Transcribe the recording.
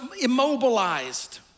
immobilized